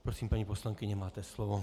Prosím, paní poslankyně, máte slovo.